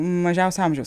mažiausio amžiaus